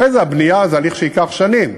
אחרי זה, הבנייה זה הליך שייקח שנים,